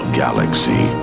galaxy